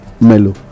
mellow